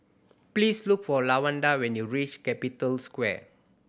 please look for Lawanda when you reach Capital Square